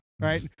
right